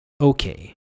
Okay